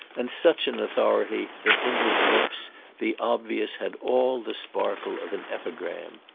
and such an authority that in his lips the obvious had all the sparkle of an epigram.